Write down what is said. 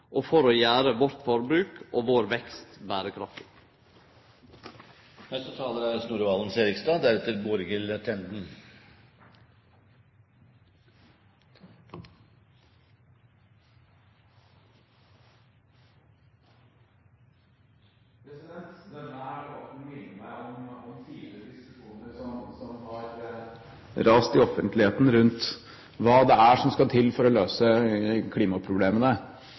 teknologi for å gjere vårt forbruk og vår vekst berekraftig. Denne debatten minner meg om tidligere diskusjoner som har rast i offentligheten rundt hva det er som skal til for å